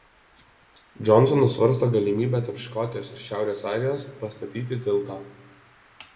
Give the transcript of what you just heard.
džonsonas svarsto galimybę tarp škotijos ir šiaurės airijos pastatyti tiltą